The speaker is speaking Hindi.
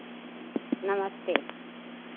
नमस्ते